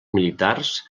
militars